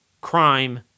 crime